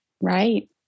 Right